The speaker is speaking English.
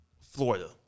Florida